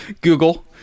Google